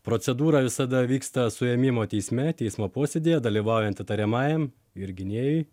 procedūra visada vyksta suėmimo teisme teismo posėdyje dalyvaujant įtariamajam ir gynėjui